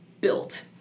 built